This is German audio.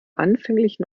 anfänglichen